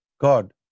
God